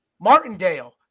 Martindale